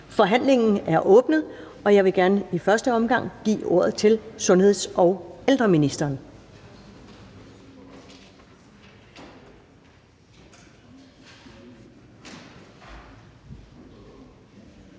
Forhandlingen er åbnet, og jeg vil gerne i første omgang give ordet til sundheds- og ældreministeren.